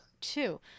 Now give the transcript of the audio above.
two